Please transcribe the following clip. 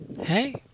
Hey